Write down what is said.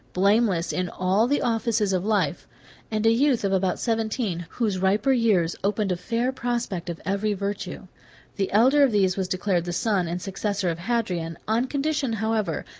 blameless in all the offices of life and a youth of about seventeen, whose riper years opened a fair prospect of every virtue the elder of these was declared the son and successor of hadrian, on condition, however,